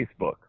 Facebook